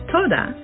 Toda